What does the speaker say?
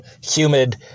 humid